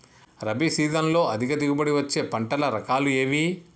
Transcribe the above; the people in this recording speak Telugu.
రబీ సీజన్లో అధిక దిగుబడి వచ్చే పంటల రకాలు ఏవి?